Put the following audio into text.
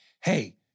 Hey